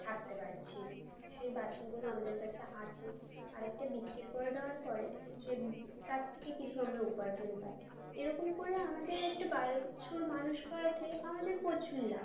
থাকতে পারছি সেই বাছরগুলো আমাদের কাছে আছে আরেকটা বিক্রি করে দেওয়ার পরে সেই তার থেকে কিছু আমরা উপার্জন পাই এরকম করে আমাদের একটা বাছুর মানুষ করাতে আমাদের প্রচুর লাখ